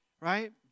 Right